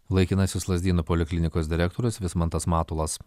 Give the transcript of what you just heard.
laikinasis lazdynų poliklinikos direktorius vismantas matulas